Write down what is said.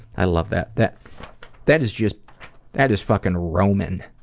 i love that. that that is just that is fucking roman.